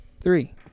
Three